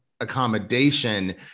accommodation